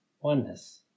oneness